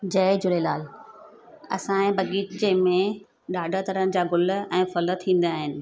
जय झूलेलाल असांजे बगीचे में ॾाढा तरहनि जा ग़ुल ऐं फल थींदा आहिनि